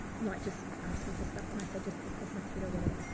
like, just ask me for stuff, and i said, just take it off my twitter or whatever.